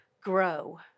grow